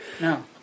No